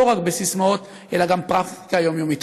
לא רק בססמאות אלא גם בפרקטיקה יומיומית.